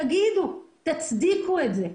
אז תגידו, תצדיקו את זה.